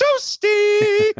toasty